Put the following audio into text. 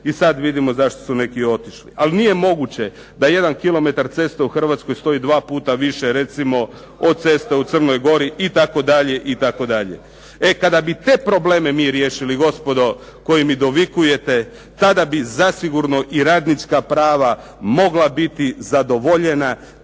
i sad vidimo zašto su neki otišli. Ali nije moguće da jedan kilometar ceste u Hrvatskoj stoji dva puta više recimo od ceste u Crnoj Gori itd. itd. E kada bi te probleme mi riješili gospodo koji mi dovikujete, tada bi zasigurno i radnička prava mogla biti zadovoljena,